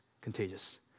contagious